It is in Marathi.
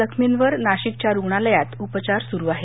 जखमींवर नाशिकच्या रुग्णालयात उपचार सुरु आहेत